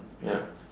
ya